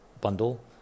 bundle